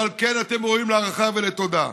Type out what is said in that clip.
ועל כן אתם ראויים להערכה ולתודה.